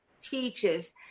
teaches